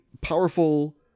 powerful